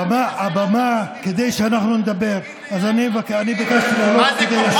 הבמה, אתה מדבר על תרבות